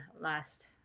last